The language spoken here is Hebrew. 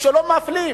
שלא מפלים.